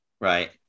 Right